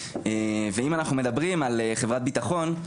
ואם אנחנו מדברים חברת בטחון,